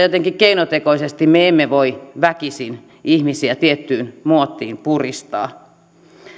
jotenkin keinotekoisesti me emme voi väkisin ihmisiä tiettyyn muottiin puristaa